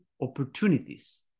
opportunities